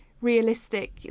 realistic